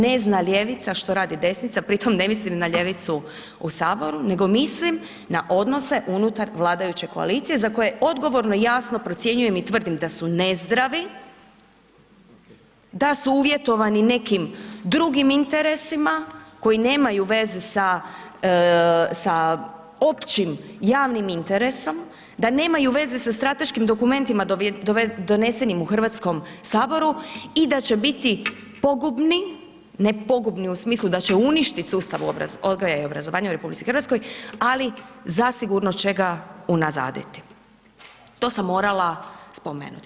Ne zna ljevica što radi desnica, pri tom ne mislim na ljevicu u Saboru nego mislim na odnose unutar vladajuće koalicije za koje odgovorno, jasno procjenjujem i tvrdim da su nezdravi, da su uvjetovani nekim drugim interesima koji nemaju veze sa općim, javnim interesom, da nemaju veze sa strateškim dokumentima donesenim u Hrvatskom saboru i da će biti pogubni, ne pogubni u smislu da će uništit sustav odgoja i obrazovanja u RH ali zasigurno će ga unazaditi, to sam morala spomenuti.